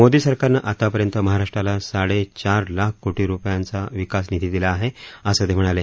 मोदी सरकारनं आतापर्यंत महाराष्ट्राला साडे चार लाख कोटी रुपयांचा विकास निधी दिला आहे असं ते म्हणाले